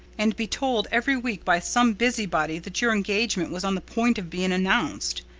and be told every week by some busybody that your engagement was on the point of being announced.